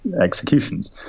executions